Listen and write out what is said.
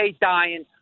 dying